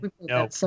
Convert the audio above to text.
no